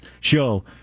show